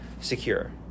secure